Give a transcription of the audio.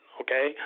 okay